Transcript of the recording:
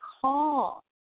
call